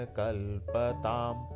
kalpatam